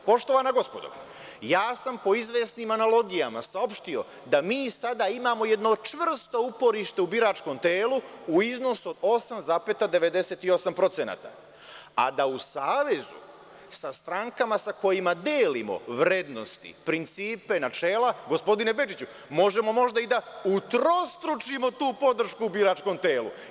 Poštovana gospodo, ja sam po izvesnim analogijama saopštio da mi sada imamo jedno čvrsto uporište u biračkom telu u iznosu od 8,98%, a da u savezu sa strankama sa kojima delimo vrednosti, principe, načela, gospodine Bečiću, možemo možda i da utrostručimo tu podršku u biračkom telu.